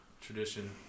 tradition